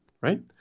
Right